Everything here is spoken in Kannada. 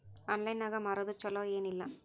ಆನ್ಲೈನ್ ನಾಗ್ ಮಾರೋದು ಛಲೋ ಏನ್ ಇಲ್ಲ?